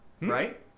right